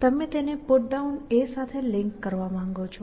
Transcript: તમે તેને Putdown સાથે લિંક કરવા માંગો છો